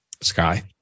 Sky